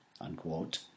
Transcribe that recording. unquote